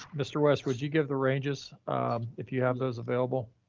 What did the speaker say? mr. west, would you give the ranges if you have those available?